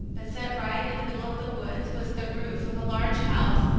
but set right in the middle of the woods was the roof of a large house,